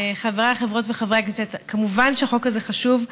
חבריי חברות וחברי הכנסת, כמובן שהחוק הזה חשוב.